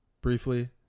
briefly